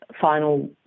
final